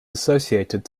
associated